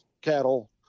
cattle